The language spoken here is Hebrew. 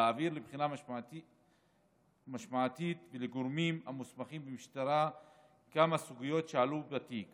להעביר לבחינה משמעתית ולגורמים המוסמכים במשטרה כמה סוגיות שעלו בתיק,